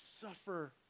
suffer